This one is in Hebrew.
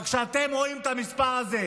אבל כשאתם רואים את המספר הזה,